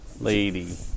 lady